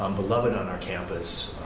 um beloved on our campus,